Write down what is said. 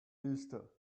easter